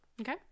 Okay